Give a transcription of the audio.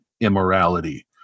immorality